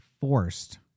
forced